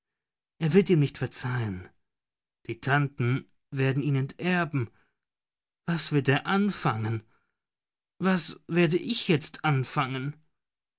er wird ihm nicht verzeihen die tanten werden ihn enterben was wird er anfangen was werde ich jetzt anfangen